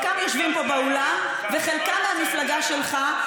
וחלקם יושבים פה באולם וחלקם מהמפלגה שלך,